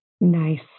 Nice